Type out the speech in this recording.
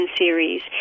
series